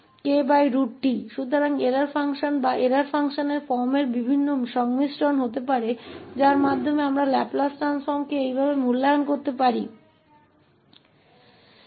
इसलिए त्रुटि फ़ंक्शन या त्रुटि फ़ंक्शन के रूप के कई अन्य संयोजन हो सकते हैं जिससे हम इस तरह से लैपलेस परिवर्तन का मूल्यांकन कर सकते हैं